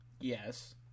Yes